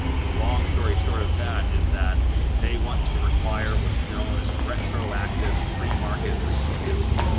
the long story short of that is that they want to require what's known as retroactive pre-market review,